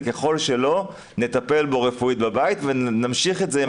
וככל שלא נטפל בו רפואית בבית ונמשיך את זה עם הקהילה.